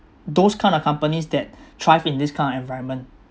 those kind of companies that thrive in this kind of environment